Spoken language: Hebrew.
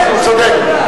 הוא צודק.